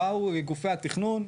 באו גופי התכנון,